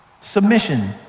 submission